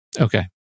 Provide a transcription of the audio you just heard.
Okay